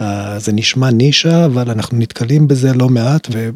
זה נשמע נישה, אבל אנחנו נתקלים בזה לא מעט.